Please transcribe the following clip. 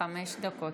חמש דקות.